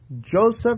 Joseph